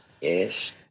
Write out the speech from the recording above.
Yes